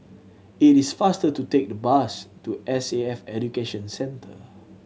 it is faster to take the bus to S A F Education Centre